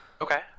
Okay